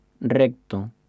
recto